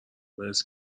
مرسی